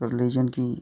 religion गी